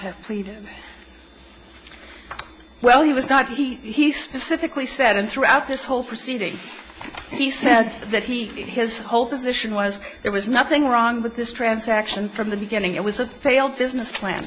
have pleaded well he was not he specifically said and throughout this whole proceeding he said that he has a whole position was there was nothing wrong with this transaction from the beginning it was a failed business plan